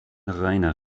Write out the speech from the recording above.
reiner